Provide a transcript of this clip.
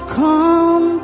come